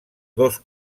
dos